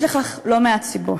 יש לכך לא מעט סיבות.